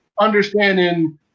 understanding